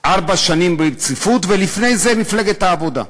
ארבע שנים ברציפות, ולפני זה מפלגת העבודה.